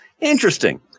Interesting